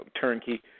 turnkey